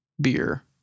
beer